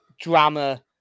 drama